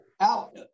out